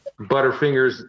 Butterfingers